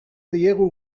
diegu